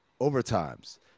overtimes